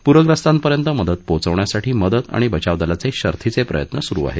पूरग्रस्तापर्यंत मदत पोहोचवण्यासाठी मदत आणि बचाव दलाचे शर्थीचे प्रयत्न सुरु आहेत